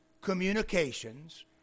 communications